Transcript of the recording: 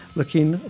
looking